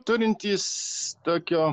turintys tokio